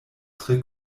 tre